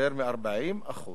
יותר מ-40%